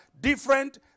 different